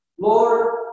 Lord